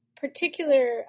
particular